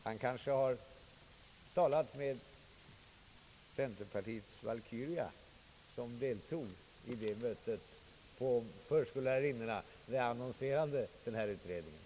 Han kanske har talat med centerpartiets valkyria, som deltog i det möte med förskollärarinnor där jag annonserade den här utredningen.